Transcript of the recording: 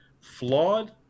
flawed